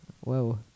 Whoa